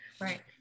Right